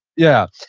yeah.